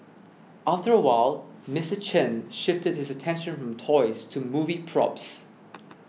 after a while Mister Chen shifted his attention from toys to movie props